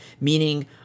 meaning